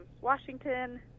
Washington